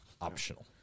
Optional